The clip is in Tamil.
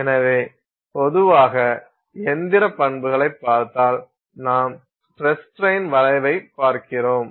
எனவே பொதுவாக இயந்திர பண்புகளைப் பார்த்தால் நாம் ஸ்டிரஸ் ஸ்ட்ரெயின் வளைவைப் பார்க்கிறோம்